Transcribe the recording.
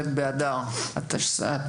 ח' באדר התשפ"ג,